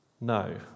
no